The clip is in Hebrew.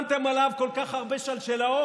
שמתם עליו כל כך הרבה שלשלאות,